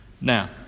Now